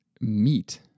meet